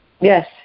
Yes